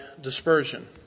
dispersion